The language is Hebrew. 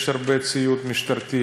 יש הרבה ציוד משטרתי,